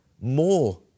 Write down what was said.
more